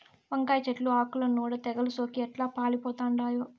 వంకాయ చెట్లు ఆకుల నూడ తెగలు సోకి ఎట్లా పాలిపోతండామో